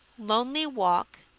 lonely walk,